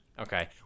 Okay